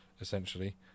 essentially